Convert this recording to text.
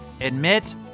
admit